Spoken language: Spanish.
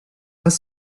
vas